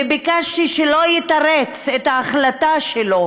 ביקשתי שלא יתרץ את ההחלטה שלו